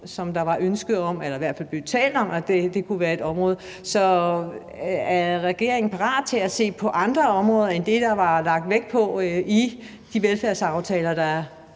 som der var ønske om eller i hvert fald blev talt om kunne være et område. Så er regeringen parat til at se på andre områder end dem, der er lagt vægt på i de velfærdsaftaler, der er